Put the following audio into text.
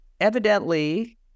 evidently